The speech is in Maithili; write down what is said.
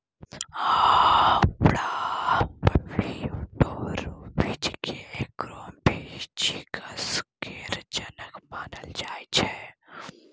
अब्राहम फियोडोरोबिच केँ एग्रो फिजीक्स केर जनक मानल जाइ छै